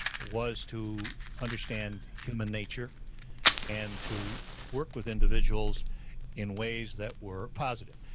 was to understand human nature and to work with individuals in ways that were positive.